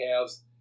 calves